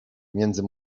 między